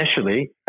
initially